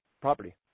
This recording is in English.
property